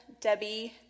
Debbie